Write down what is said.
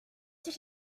did